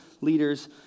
leaders